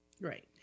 Right